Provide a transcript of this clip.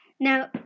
Now